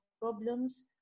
problems